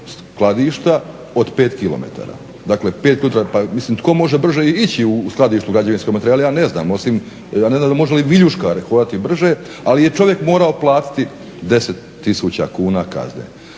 skladišta od 5 km, dakle 5 …/Ne razumije se./…. Pa mislim tko može brže ići u skladištu građevinskog materijala ja ne znam, ja ne znam može li viljuškar ići brže, ali je čovjek morao platiti 10 tisuća kuna kazne.